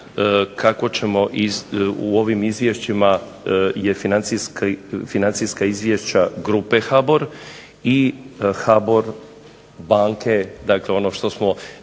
kako ćemo u ovim izvješćima je financijska izvješća grupe HBOR i banke dakle ono što smo